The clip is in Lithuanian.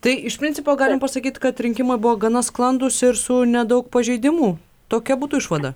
tai iš principo galim pasakyti kad rinkimai buvo gana sklandūs ir su nedaug pažeidimų tokia būtų išvada